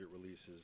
releases